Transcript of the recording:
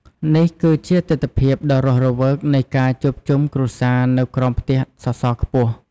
នេះគឺជាទិដ្ឋភាពដ៏រស់រវើកនៃការជួបជុំគ្រួសារនៅក្រោមផ្ទះសសរខ្ពស់។